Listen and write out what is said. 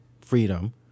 freedom